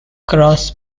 grass